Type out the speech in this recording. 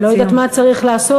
לא יודעת מה צריך לעשות,